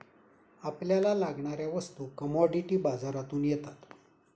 आपल्याला लागणाऱ्या वस्तू कमॉडिटी बाजारातून येतात